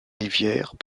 rivières